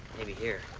maybe here.